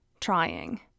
trying